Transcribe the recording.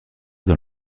dans